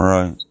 Right